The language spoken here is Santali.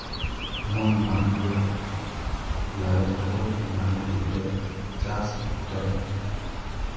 ᱢᱚᱱ ᱵᱟᱝ ᱠᱚ ᱞᱟᱣᱮᱨ ᱛᱟᱠᱚ ᱚᱱᱟ ᱞᱟᱹᱜᱤᱫ ᱛᱮ ᱪᱟᱥ ᱚᱠᱛᱚ ᱨᱮ